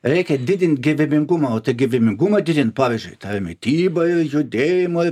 reikia didint gyvybingumo gyvybingumą didint pavyzdžiui tai mitybai judėjimui